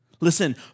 Listen